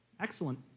Excellent